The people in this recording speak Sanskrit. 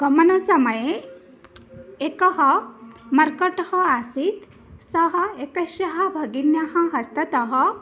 गमन समये एकः मर्कटः आसीत् सः एकस्याः भगिन्यः हस्ततः